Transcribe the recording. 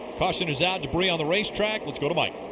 caution is out. debris on the racetrack. let's go to mike.